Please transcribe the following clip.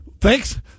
thanks